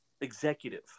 executive